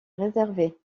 réservée